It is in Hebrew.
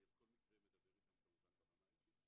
ובכל מקרה אני מדבר איתם כמובן ברמה האישית,